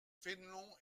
fénelon